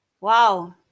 Wow